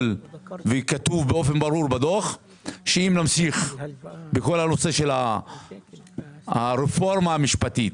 כתוב באופן ברור בדוח שאם נמשיך בכל הנושא של הרפורמה המשפטית,